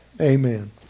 Amen